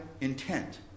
intent